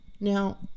now